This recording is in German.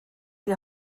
die